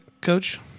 coach